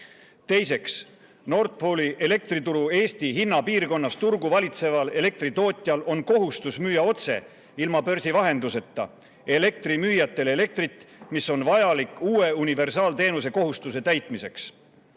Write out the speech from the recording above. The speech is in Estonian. Teiseks, Nord Pooli elektrituru Eesti hinnapiirkonnas turgu valitseval elektritootjal on kohustus müüa otse, ilma börsi vahenduseta, elektrimüüjatele elektrit, mis on vajalik uue universaalteenuse kohustuse täitmiseks.